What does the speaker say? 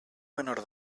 menor